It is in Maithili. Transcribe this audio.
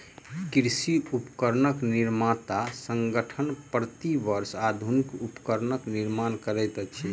कृषि उपकरण निर्माता संगठन, प्रति वर्ष आधुनिक उपकरणक निर्माण करैत अछि